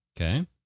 Okay